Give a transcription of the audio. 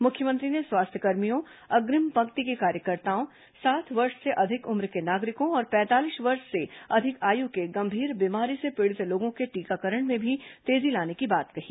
मुख्यमंत्री ने स्वास्थ्यकर्मियों अग्रिम पंक्ति के कार्यकर्ताओं साठ वर्ष से अधिक उम्र के नागरिकों और पैंतालीस वर्ष से अधिक आयु के गंभीर बीमारी से पीड़ित लोगों के टीकाकरण में भी तेजी लाने की बात कही